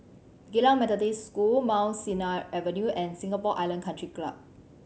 Geylang Methodist School Mount Sinai Avenue and Singapore Island Country Club